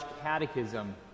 catechism